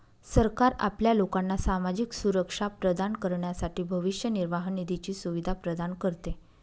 सरकार आपल्या लोकांना सामाजिक सुरक्षा प्रदान करण्यासाठी भविष्य निर्वाह निधीची सुविधा प्रदान करते